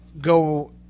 go